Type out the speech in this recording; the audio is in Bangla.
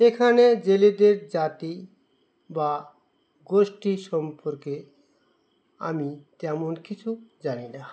এখানে জেলেদের জাতি বা গোষ্ঠী সম্পর্কে আমি তেমন কিছু জানি না